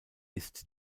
ist